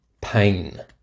pain